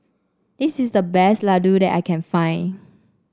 this is the best Ladoo that I can find